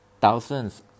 thousands